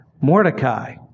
Mordecai